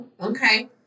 Okay